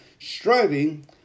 Striving